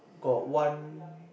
got one